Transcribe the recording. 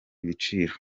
ibiciro